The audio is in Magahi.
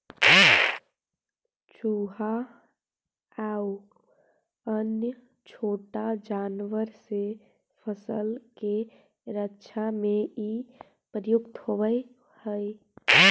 चुहा आउ अन्य छोटा जानवर से फसल के रक्षा में इ प्रयुक्त होवऽ हई